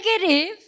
negative